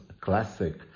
classic